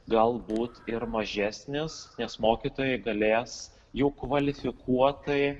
galbūt ir mažesnis nes mokytojai galės jau kvalifikuotai